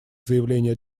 заявления